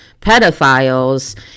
pedophiles